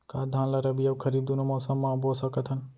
का धान ला रबि अऊ खरीफ दूनो मौसम मा बो सकत हन?